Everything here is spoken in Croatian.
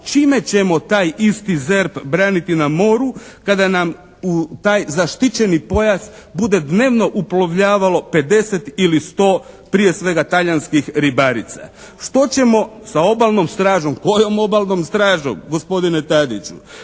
čime ćemo taj isti ZERP braniti na moru kada nam u taj zaštićeni pojas bude dnevno uplovljavalo 50 ili 100 prije svega talijanskih ribarica? Što ćemo sa obalnom stražom? Kojom obalnom stražom gospodine Tadiću?